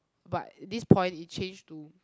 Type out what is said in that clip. but this point it change to